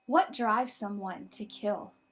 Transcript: what drives someone to kill?